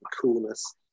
coolness